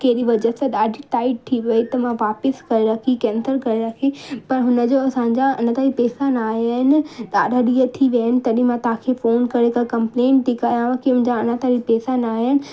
कहिड़ी वजह सां ॾाढी टाइट थी वई त मां वापसि करे रखी कैंसिल करे रखी पर हुन जो असांजा अञा ताईं पैसा न आयां आहिनि ॾाढा ॾींहं थी विया आहिनि तॾहिं मां तव्हांखे फोन करे तव्हांखे कंप्लेंट थी कयांव की मुंहिंजा अञा ताईं पैसा न आयां आहिनि